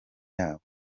yabo